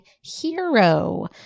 Hero